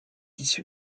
issue